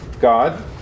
God